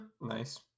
Nice